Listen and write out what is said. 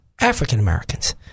African-Americans